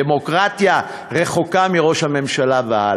דמוקרטיה רחוקה מראש הממשלה והלאה.